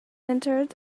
entered